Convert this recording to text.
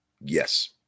Yes